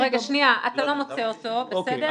אתה לא מוצא אותו, בסדר.